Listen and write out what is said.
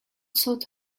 sort